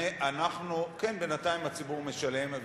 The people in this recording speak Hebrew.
בינתיים הציבור משלם.